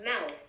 mouth